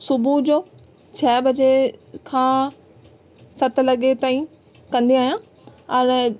सुबुह जो छह बजे खां सत लॻे तांईं कंदी आहियां हाणे